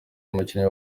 umukinnyi